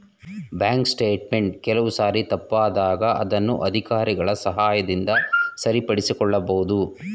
bank statement ಕೆಲವು ಸಾರಿ ತಪ್ಪಾದಾಗ ಅದನ್ನು ಅಧಿಕಾರಿಗಳ ಸಹಾಯದಿಂದ ಸರಿಪಡಿಸಿಕೊಳ್ಳಬಹುದು